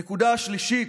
נקודה שלישית,